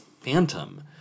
Phantom